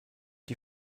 die